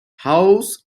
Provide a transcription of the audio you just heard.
house